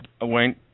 Wayne